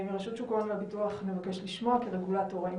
מרשות שוק ההון והביטוח נבקש לשמוע כרגולטור: האם